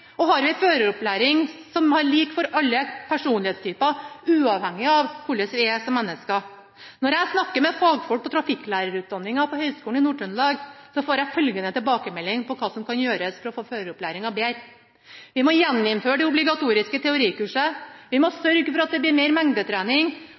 Har vi en føreropplæring som er lik for alle personlighetstyper, uavhengig av hvordan vi er som mennesker? Når jeg snakker med fagfolk på trafikklærerutdanninga ved Høgskolen i Nord-Trøndelag, får jeg følgende tilbakemelding på hva som kan gjøres for å få føreropplæringa bedre: Vi må gjeninnføre det obligatoriske teorikurset, vi må